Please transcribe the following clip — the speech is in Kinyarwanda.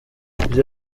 iryo